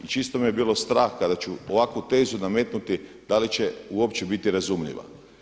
I čisto me je bilo strah kada ću ovakvu tezu nametnuti da li će uopće biti razumljiva.